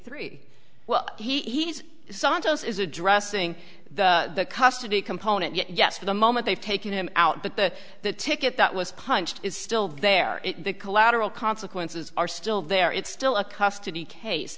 three well he's santos is addressing the custody component yes for the moment they've taken him out but the the ticket that was punched is still there the collateral consequences are still there it's still a custody case